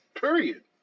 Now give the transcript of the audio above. Period